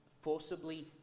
forcibly